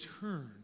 turn